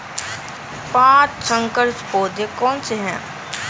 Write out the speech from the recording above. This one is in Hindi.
पाँच संकर पौधे कौन से हैं?